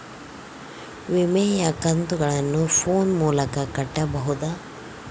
ವಿಮೆಯ ಕಂತುಗಳನ್ನ ಫೋನ್ ಮೂಲಕ ಕಟ್ಟಬಹುದಾ?